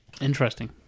Interesting